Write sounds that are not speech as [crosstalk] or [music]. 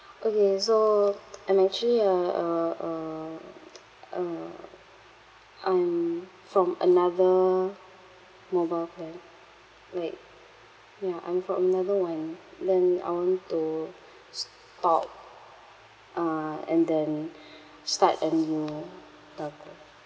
okay so I'm actually a a a [noise] a I'm from another mobile plan like ya I'm from another one then I want to stop uh and then start a new telco